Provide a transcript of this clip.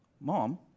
mom